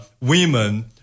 women